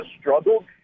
struggled